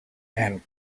and